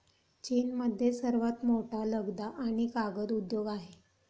चीनमध्ये सर्वात मोठा लगदा आणि कागद उद्योग आहे